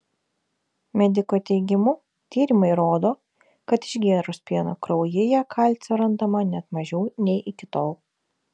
mediko teigimu tyrimai rodo kad išgėrus pieno kraujyje kalcio randama net mažiau nei iki tol